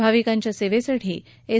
भाविकांच्या सेवेसाठी एस